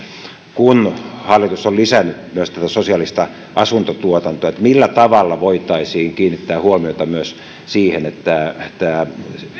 kun hallitus on lisännyt myös sosiaalista asuntotuotantoa millä tavalla voitaisiin kiinnittää huomiota myös siihen että tämä